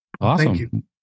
Awesome